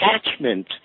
attachment